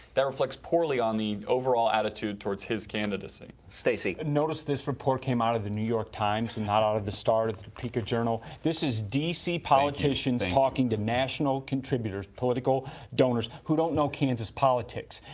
that reflects poorly on the overall attitude towards his candidacy. stacey. notice this report came out of the new york times and not out of the star, the topeka journal. this is dc politicians talking to national contributors, political donors, who don't know kansas politics.